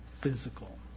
physical